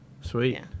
Sweet